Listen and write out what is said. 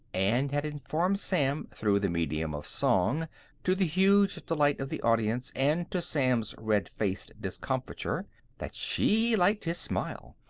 and had informed sam through the medium of song to the huge delight of the audience, and to sam's red-faced discomfiture that she liked his smile,